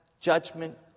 judgment